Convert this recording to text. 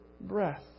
breath